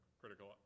critical